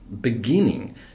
beginning